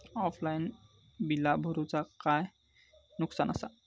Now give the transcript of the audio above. Offline बिला भरूचा काय नुकसान आसा?